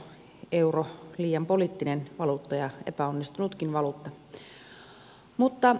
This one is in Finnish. onko euro liian poliittinen valuutta ja epäonnistunutkin valuutta